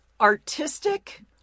artistic